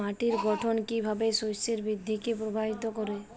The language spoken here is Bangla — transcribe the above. মাটির গঠন কীভাবে শস্যের বৃদ্ধিকে প্রভাবিত করে?